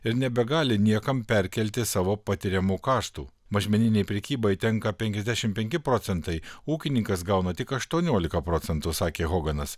ir nebegali niekam perkelti savo patiriamų kaštų mažmeninei prekybai tenka penkiasdešimt penki procentai ūkininkas gauna tik aštuoniolika procentų sakė hoganas